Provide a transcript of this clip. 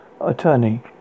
Attorney